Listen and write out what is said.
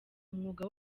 umwuga